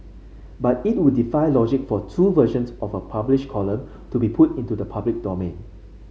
but it would defy logic for two versions of a published column to be put into the public domain